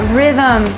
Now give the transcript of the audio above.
rhythm